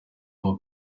mba